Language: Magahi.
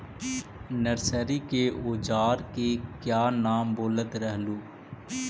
नरसरी के ओजार के क्या नाम बोलत रहलू?